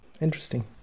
Interesting